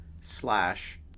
slash